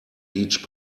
each